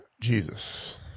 Jesus